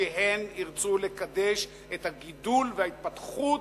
כי הן ירצו לקדש את הגידול וההתפתחות,